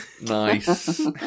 Nice